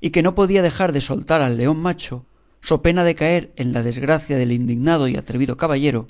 y que no podía dejar de soltar al león macho so pena de caer en la desgracia del indignado y atrevido caballero